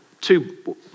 Two